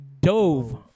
dove